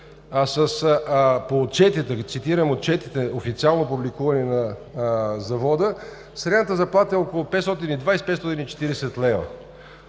отчетите, официално публикувани за завода, средната заплата е около 520-540 лв.